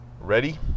ready